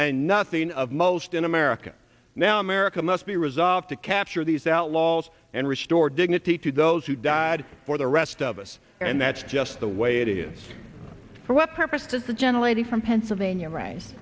and nothing of most in america now america must be resolved to capture these outlaws and restore dignity to those who died for the rest of us and that's just the way it is for what purpose does the general eighty from pennsylvania ri